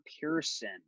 Pearson